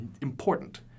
important